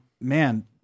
man